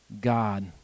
God